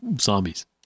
zombies